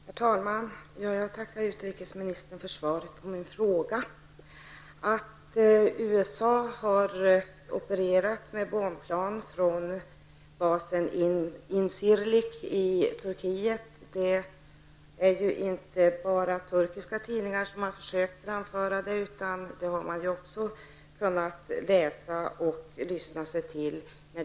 Herr talman! Jag tackar utrikesministern för svaret på min fråga. Att USA har opererat med bombplan från basen Incirlik i Turkiet har inte bara turkiska tidningar försökt informera om. På flera håll i Europa har man i massmedia kunnat både läsa och höra om detta.